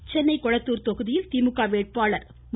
ஸ்டாலின் சென்னை கொளத்தூர் தொகுதியில் திமுக வேட்பாளர் மு